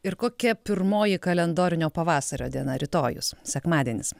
ir kokia pirmoji kalendorinio pavasario diena rytojus sekmadienis